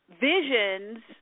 visions